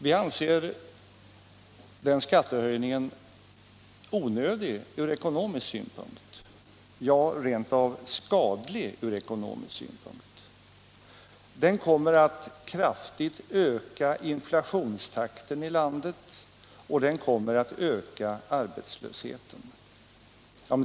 Vi anser att den skattehöjningen är onödig, ja rent av skadlig, från ekonomisk synpunkt. Den kommer att kraftigt öka inflationstakten och arbetslösheten i landet.